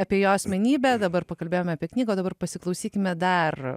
apie jo asmenybę dabar pakalbėjome apie knygą o dabar pasiklausykime dar